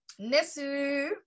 Nessu